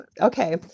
Okay